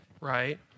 right